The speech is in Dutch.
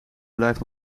blijft